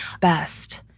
best